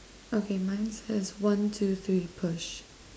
okay mine says one two three push